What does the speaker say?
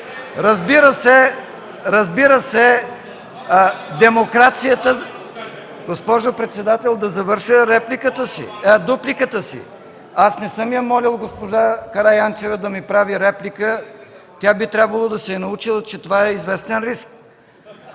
Разбира се,... (Продължаващ шум и реплики от ГЕРБ) Госпожо председател, да завърша дупликата си. Аз не съм молил госпожа Караянчева да ми прави реплика. Тя би трябвало да се научи, че това е известен риск.